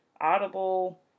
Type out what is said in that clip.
Audible